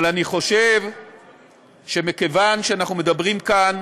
אבל אני חושב שמכיוון שאנחנו מדברים כאן